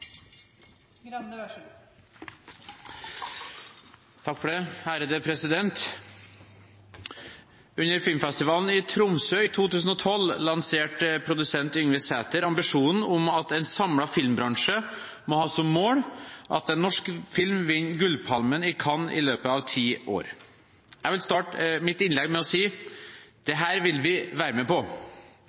3 minutter. – Det anses vedtatt. Under filmfestivalen i Tromsø i 2012 lanserte produsent Yngve Sæther ambisjonen om at en samlet filmbransje må ha som mål at en norsk film vinner Gullpalmen i Cannes i løpet av ti år. Jeg vil starte mitt innlegg med å si at dette vil vi være med på.